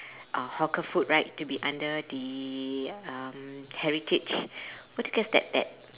uh hawker food right to be under the um heritage what do g~ that that